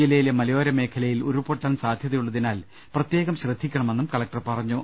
ജില്ലയിലെ മലയോരമേഖലയിൽ ഉരുൾപൊട്ടാൻ സാധ്യതയുള്ളതിനാൽ പ്രത്യേകം ശ്രദ്ധിക്കണമെന്നും കല ക്ടർ പറഞ്ഞു